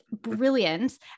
brilliant